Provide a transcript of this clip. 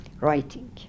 writing